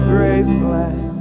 Graceland